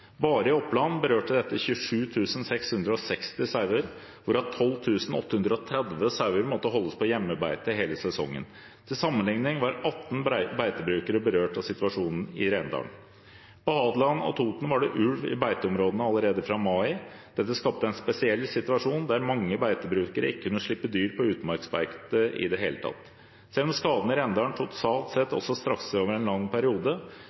Bare i Oppland berørte dette 27 660 sauer, hvorav 12 830 sauer måtte holdes på hjemmebeite hele sesongen. Til sammenligning var 18 beitebrukere berørt av situasjonen i Rendalen. På Hadeland og Toten var det ulv i beiteområdene allerede fra mai. Dette skapte en spesiell situasjon der mange beitebrukere ikke kunne slippe dyr på utmarksbeite i det hele tatt. Selv om skadene i Rendalen totalt sett også strakte seg over en lang periode,